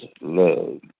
love